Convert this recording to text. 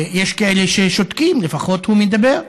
יש כאלה ששותקים, לפחות הוא מדבר.